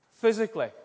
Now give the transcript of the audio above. Physically